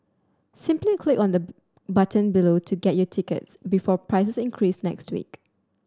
simply click on the button below to get your tickets before prices increase next week